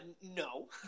No